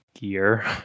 gear